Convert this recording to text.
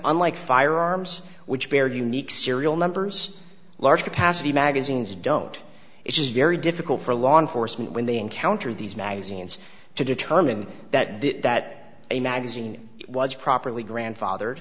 unlike firearms which bear unique serial numbers large capacity magazines don't it is very difficult for law enforcement when they encounter these magazines to determine that the that a magazine was properly grandfather